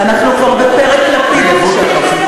אנחנו כבר בפרק לפיד עכשיו.